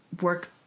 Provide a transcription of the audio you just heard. work